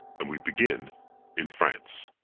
and we begin in france.